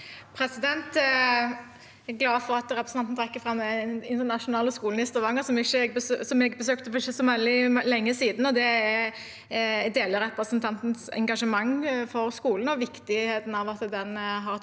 Jeg er glad for at representanten trekker fram den internasjonale skolen i Stavanger, som jeg besøkte for ikke så veldig lenge siden. Jeg deler representantens engasjement for skolen og viktigheten av at den har